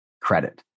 credit